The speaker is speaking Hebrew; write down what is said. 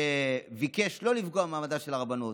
ביקש לא לפגוע במעמדה של הרבנות.